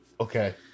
Okay